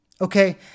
Okay